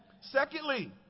Secondly